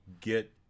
get